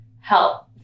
help